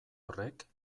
horrek